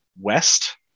west